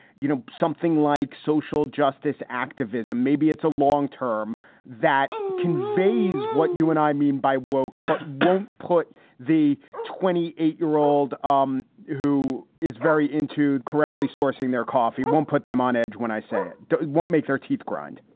you know, something like social justice activism? maybe it's a long term that conveys what you and i mean by woak, but won't put the twenty eight year old um who is very into correctly sourcing their coffee, won't put them on edge when i say it won't make their teeth grind